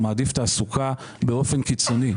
הוא מעדיף תעסוקה באופן קיצוני.